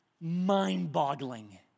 mind-boggling